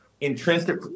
intrinsic